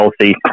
healthy